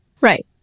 Right